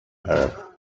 her